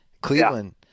Cleveland